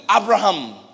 Abraham